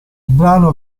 brano